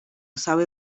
sabe